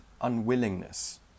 unwillingness